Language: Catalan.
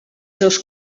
seus